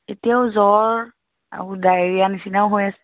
এতিয়াও জ্বৰ আৰু ডায়েৰিয়া নিচিনাও হৈ আছে